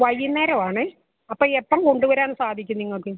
വൈകുന്നേരമാണ് അപ്പോൾ എപ്പം കൊണ്ടു വരാൻ സാധിക്കും നിങ്ങൾക്ക്